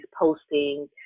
posting